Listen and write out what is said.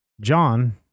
John